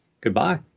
Goodbye